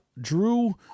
drew